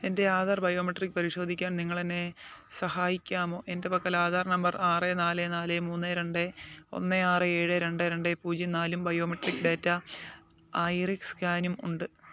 എൻ്റെ ആധാർ ബയോമെട്രിക് പരിശോധിക്കാൻ നിങ്ങൾ എന്നെ സഹായിക്കാമോ എൻ്റെ പക്കൽ ആധാർ നമ്പർ ആറ് നാല് നാല് മൂന്ന് രണ്ട് ഒന്ന് ആറ് ഏഴ് രണ്ട് രണ്ട് പൂജ്യം നാലും ബയോമെട്രിക് ഡാറ്റ ഐറിസ് സ്കാനും ഉണ്ട്